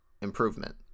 improvement